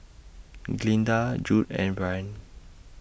Glynda Judd and Brynn